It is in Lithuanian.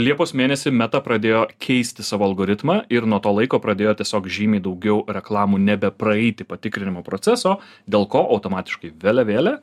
liepos mėnesį meta pradėjo keisti savo algoritmą ir nuo to laiko pradėjo tiesiog žymiai daugiau reklamų nebepraeiti patikrinimo proceso dėl ko automatiškai vėliavėlė